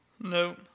No